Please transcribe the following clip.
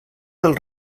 dels